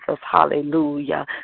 hallelujah